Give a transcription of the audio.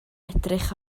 edrych